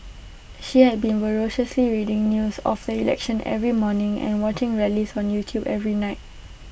she had been voraciously reading news of the election every morning and watching rallies on YouTube every night